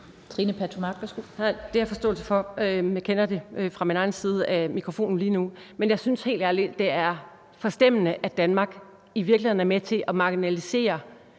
Trine Pertou Mach (EL): Det har jeg forståelse for, og jeg kender det fra min egen side ved mikrofonen lige nu. Men jeg synes helt ærligt, at det er forstemmende, at Danmark i virkeligheden er med til at marginalisere